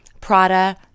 Prada